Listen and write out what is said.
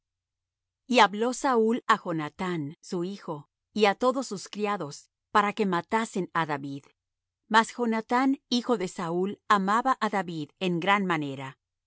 y hablo saúl á jonathán su hijo y á todos sus criados para que matasen á david mas jonathán hijo de saúl amaba á david en gran manera